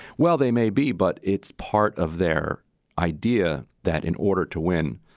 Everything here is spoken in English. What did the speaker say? well, they may be, but it's part of their idea that in order to win,